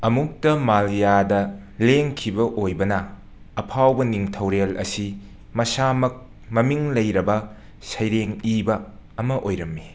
ꯑꯃꯨꯛꯇꯃꯜꯌꯥꯗ ꯂꯦꯡꯈꯤꯕ ꯑꯣꯏꯕꯅ ꯑꯐꯥꯎꯕ ꯅꯤꯡꯊꯧꯔꯦꯜ ꯑꯁꯤ ꯃꯁꯥꯃꯛ ꯃꯃꯤꯡ ꯂꯩꯔꯕ ꯁꯩꯔꯦꯡ ꯏꯕ ꯑꯃ ꯑꯣꯏꯔꯝꯃꯤ